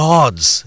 God's